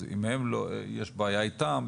אז אם הם יש בעיה איתם,